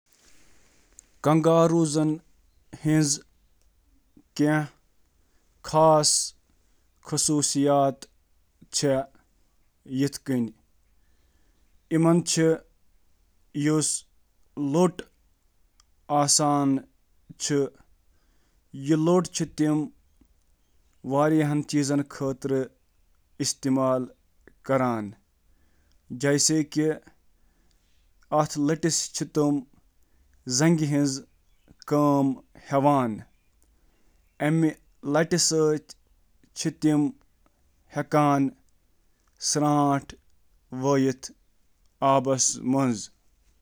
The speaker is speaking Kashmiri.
سارنٕے کنٛگاروَن چھِ لۄکٕٹہِ مَس، طاقتور پٔتمہِ زنٛگہٕ، لۄکٕٹہِ برٛونٛہِمہِ زنٛگہٕ، بٔڑۍ کھۄر تہٕ زیٛوٗٹھ لٔٹ آسان۔